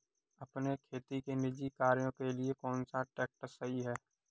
अपने खेती के निजी कार्यों के लिए कौन सा ट्रैक्टर सही है?